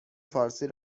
فارسی